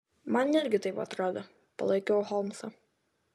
man irgi taip atrodo palaikiau holmsą